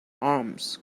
arms